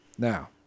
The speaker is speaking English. Now